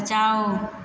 बचाओ